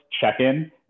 check-in